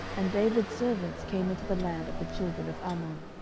and david's servants came into the land of the children of ammon.